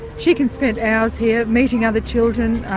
she can spend hours here, meeting other children,